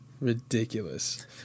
ridiculous